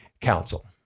council